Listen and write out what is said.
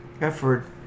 effort